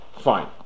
Fine